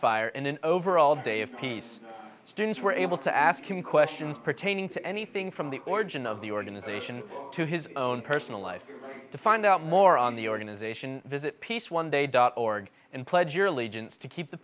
ceasefire and an overall day of peace students were able to ask him questions pertaining to anything from the origin of the organization to his own personal life to find out more on the organization visit peace one day dot org and pledge your allegiance to keep the